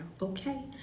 Okay